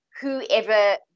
whoever